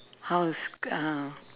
how to sc~ uh